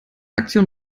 aktion